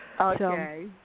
Okay